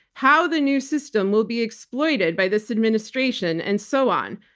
how the new system will be exploited by this administration, and so on.